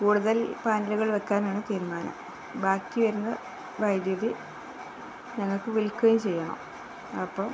കൂടുതൽ പ്ലാന്റുകൾ വയ്ക്കാനാണു തീരുമാനം ബാക്കി വരുന്ന വൈദ്യതി ഞങ്ങൾക്കു വിൽക്കുകയും ചെയ്യണം അപ്പോള്